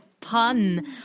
pun